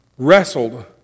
Wrestled